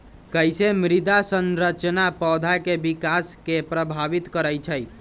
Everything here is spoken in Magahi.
कईसे मृदा संरचना पौधा में विकास के प्रभावित करई छई?